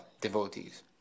devotees